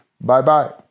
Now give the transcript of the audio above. Bye-bye